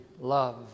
love